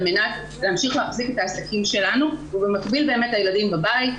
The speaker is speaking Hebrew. על מנת להמשיך להחזיק את העסקים שלנו ובמקביל באמת הילדים בבית.